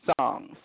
songs